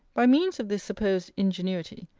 by means of this supposed ingenuity,